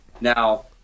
Now